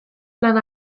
plan